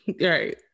Right